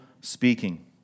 speaking